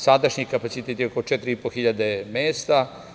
Sadašnji kapacitet je oko 4.500 mesta.